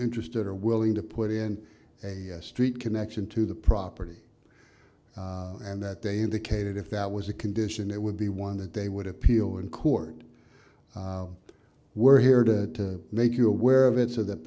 interested or willing to put in a street connection to the property and that they indicated if that was a condition it would be one that they would appeal in court we're here to make you aware of it so that